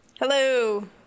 Hello